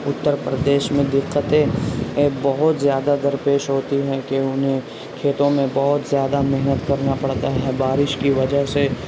اترپردیش میں دقتیں بہت زیادہ درپیش ہوتی ہیں کہ انہیں کھیتوں میں بہت زیادہ محنت کرنا پڑتا ہے بارش کی وجہ سے